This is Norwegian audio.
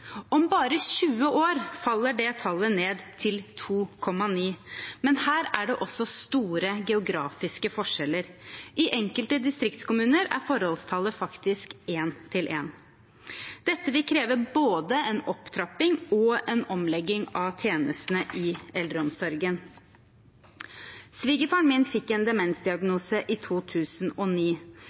Om bare 20 år faller det tallet til 2,9. Men her er det store geografiske forskjeller. I enkelte distriktskommuner er forholdstallet faktisk 1:1. Dette vil kreve både en opptrapping og en omlegging av tjenestene i eldreomsorgen. Svigerfaren min fikk en demensdiagnose i 2009.